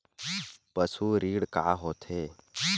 पशु ऋण का होथे?